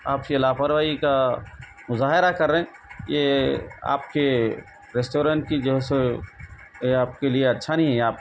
آپ کی لا پرواہی کا مظاہرہ کر رہے ہیں یہ آپ کے ریسٹورینٹ کی جو ہے سو یہ آپ کے لیے اچھا نہیں ہے آپ